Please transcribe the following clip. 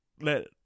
let